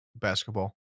Basketball